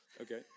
Okay